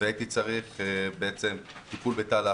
והייתי צריך טיפול בתא לחץ.